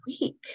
week